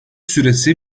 süresi